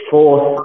Fourth